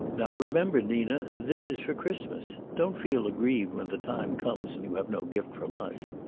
now remember, nina, this is for christmas. don't feel aggrieved when the time comes and you have no gift from us.